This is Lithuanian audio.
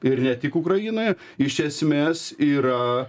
ir ne tik ukrainoje iš esmės yra